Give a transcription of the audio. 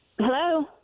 Hello